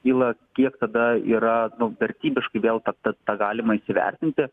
kyla kiek tada yra nu vertybiškai vėl ta ta tą galima įsivertinti